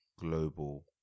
global